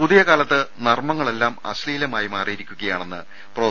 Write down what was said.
പുതിയ കാലത്ത് നർമങ്ങങ്ങളെല്ലാം അശ്ലീലമായി മാറിയിരിക്കുകയാണെന്ന് പ്രൊഫ